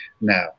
Now